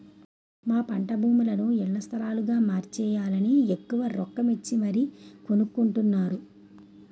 మా పంటభూములని ఇళ్ల స్థలాలుగా మార్చేయాలని ఎక్కువ రొక్కమిచ్చి మరీ కొనుక్కొంటున్నారు